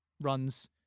runs